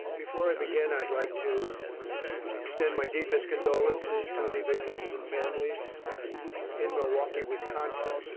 before i begin i'd like to extend my deepest condolences to the victims and families in milwaukee, wisconsin.